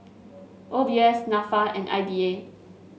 O B S NAFA and I D A